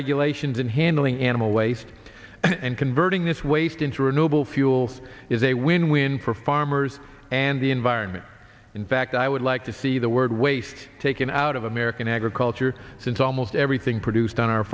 regulations and handling animal waste and converting this waste into renewable fuel is a win win for farmers and the environment in fact i would like to see the word waste taken out of american agriculture since almost everything produced on our